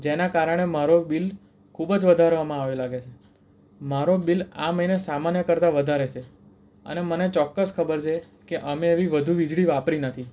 જેના કારણે મારો બિલ ખૂબ જ વધારવામાં આવ્યો લાગે છે મારો બિલ આ મહિને સામાન્ય કરતાં વધારે છે અને મને ચોક્કસ ખબર છે કે અમે એવી વધુ વીજળી વાપરી નથી